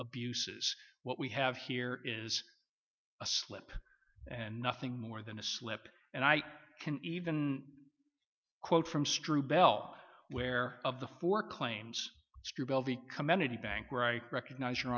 abuses what we have here is a slip and nothing more than a slip and i can even quote from strew bell where of the four claims community bank where i recognize your